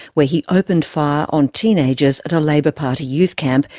where he opened fire on teenagers at a labour party youth camp,